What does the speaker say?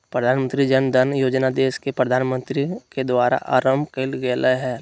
प्रधानमंत्री जन धन योजना देश के प्रधानमंत्री के द्वारा आरंभ कइल गेलय हल